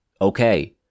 Okay